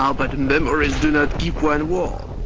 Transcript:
um but memories do not keep one warm.